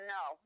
no